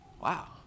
Wow